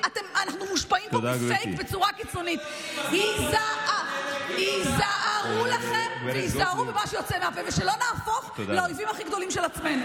זה כאילו טיפה של דלק שהממשלה לא מכניסה לעזה.